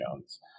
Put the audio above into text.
Jones